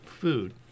food